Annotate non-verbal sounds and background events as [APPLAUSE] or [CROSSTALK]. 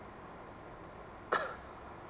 [COUGHS]